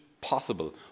possible